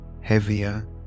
heavier